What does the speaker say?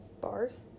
bars